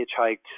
hitchhiked